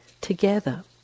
together